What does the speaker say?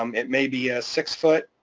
um it may be a six foot,